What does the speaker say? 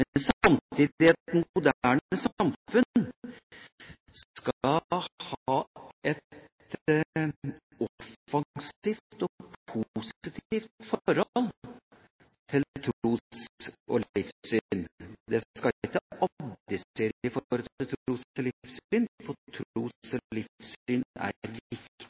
skal et moderne samfunn ha et offensivt og positivt forhold til tro og livssyn – det skal ikke